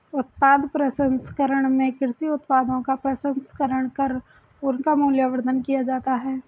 उत्पाद प्रसंस्करण में कृषि उत्पादों का प्रसंस्करण कर उनका मूल्यवर्धन किया जाता है